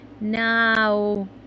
now